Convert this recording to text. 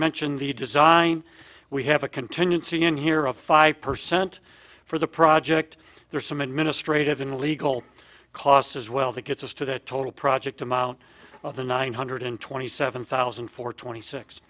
mentioned the design we have a contingency in here of five percent for the project there's some administrative in legal costs as well that gets us to the total project amount of the nine hundred twenty seven thousand for twenty six